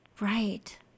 Right